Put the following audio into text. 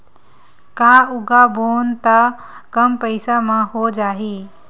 का उगाबोन त कम पईसा म हो जाही?